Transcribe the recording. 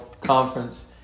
Conference